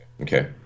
Okay